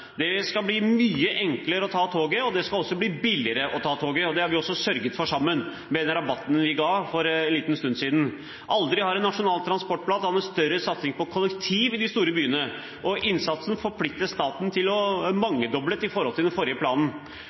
Det skal bli mye enklere å ta toget, og det skal også bli billigere å ta toget. Det har vi sørget for sammen med rabatten vi ga for en liten stund siden. Aldri har en nasjonal transportplan hatt større satsing på kollektivtrafikk i de store byene, og innsatsen forplikter staten til en mangedobling i forhold til den forrige planen.